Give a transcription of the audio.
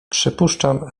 przypuszczam